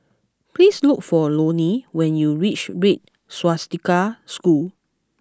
please look for Loni when you reach Red Swastika School